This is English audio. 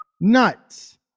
nuts